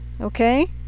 okay